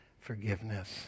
forgiveness